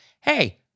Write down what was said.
Hey